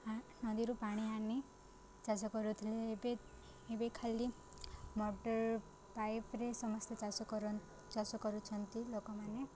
ନଦୀରୁ ପାଣି ଆଣି ଚାଷ କରୁଥିଲେ ଏବେ ଏବେ ଖାଲି ମୋଟର୍ ପାଇପ୍ରେ ସମସ୍ତେ ଚାଷ କର ଚାଷ କରୁଛନ୍ତି ଲୋକମାନେ